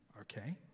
Okay